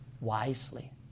wisely